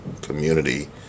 community